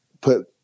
put